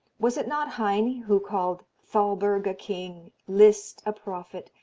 was it not heine who called thalberg a king, liszt a prophet,